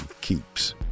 Keeps